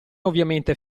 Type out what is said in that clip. ovviamente